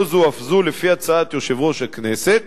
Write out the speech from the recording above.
לא זו אף זו, לפי הצעת יושב-ראש הכנסת